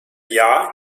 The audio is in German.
jahr